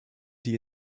die